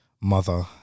mother